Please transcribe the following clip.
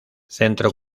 centro